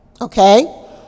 Okay